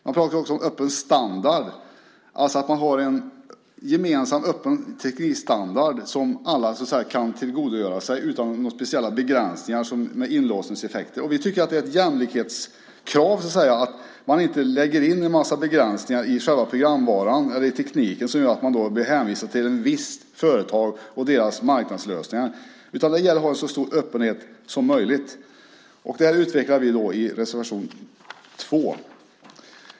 Det talas också om öppen standard, alltså att man har en gemensam öppen teknikstandard som alla kan tillgodogöra sig utan några speciella begränsningar som ger inlåsningseffekter. Vi tycker att det är en jämlikhetsfråga att inte lägga in en mängd begränsningar i själva programvaran, i tekniken, eftersom man då blir hänvisad till ett visst företag och dess marknadslösningar. Det gäller att ha så stor öppenhet som möjligt. Detta utvecklar vi i reservation 2.